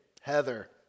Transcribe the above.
Heather